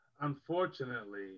Unfortunately